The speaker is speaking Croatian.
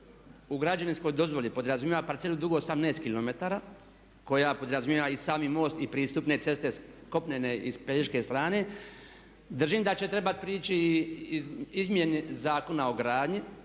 u građevinskoj dozvoli podrazumijeva parcelu dugu 18 km koja podrazumijeva i sami most i pristupne ceste kopnene i s pelješke strane. Držim da će trebat prići izmjeni Zakona o gradnji